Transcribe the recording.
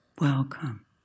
welcome